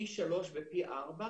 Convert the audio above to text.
פי שלושה ופי ארבעה,